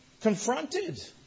confronted